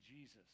Jesus